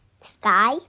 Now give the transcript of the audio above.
sky